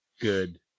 good